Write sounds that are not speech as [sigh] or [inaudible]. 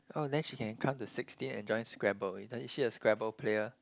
oh then she can come to sixteen and join Scrabble [noise] is she a Scrabble player